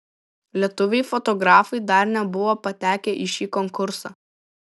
lietuviai fotografai dar nebuvo patekę į šį konkursą